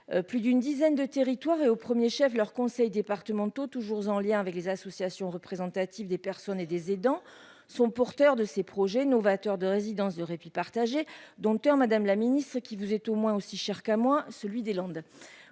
plus d'une dizaine de territoire et au 1er chef leurs conseils départementaux, toujours en lien avec les associations représentatives des personnes et des aidants sont porteurs de ces projets novateurs de résidence de répit partagé, Docteur, Madame la Ministre, ce qui vous est au moins aussi cher qu'à moi, celui des Landes